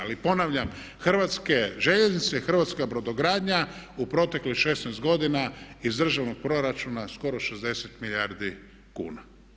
Ali ponavljam Hrvatske željeznice i Hrvatska brodogradnja u proteklih 16 godina iz državnog proračuna skoro 60 milijardi kuna.